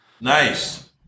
Nice